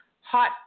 hot